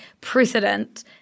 precedent